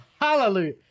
Hallelujah